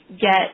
get